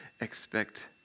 expect